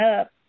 up